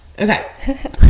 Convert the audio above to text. Okay